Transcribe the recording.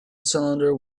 cylinder